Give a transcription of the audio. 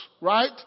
right